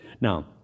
Now